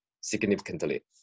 significantly